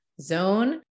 zone